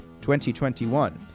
2021